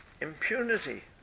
impunity